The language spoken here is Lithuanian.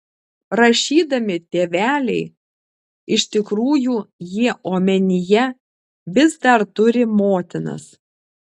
rašydami tėveliai iš tikrųjų jie omenyje vis dar turi motinas